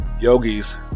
Yogi's